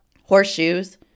horseshoes